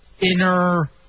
inner